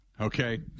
okay